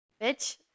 Bitch